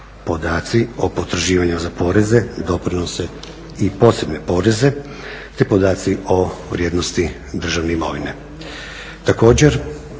podaci o potraživanju za poreze, doprinose i posebne poreze te podaci o vrijednosti državne imovine.